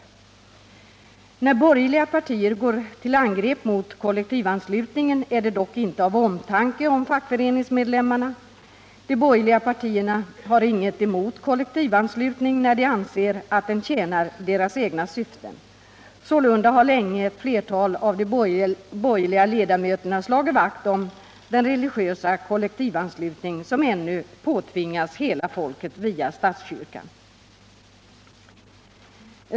121 När borgerliga politiker går till angrepp mot kollektivanslutningen är det dock inte av omtanke om fackföreningsmedlemmarna. De borgerliga har inget emot kollektivanslutning när de anser att den tjänar deras egna syften. Sålunda har länge ett flertal av de borgerliga ledamöterna slagit vakt om den religiösa kollektivanslutning som ännu påtvingas hela folket via statskyrkan.